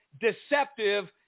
deceptive